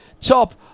top